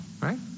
right